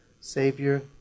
Savior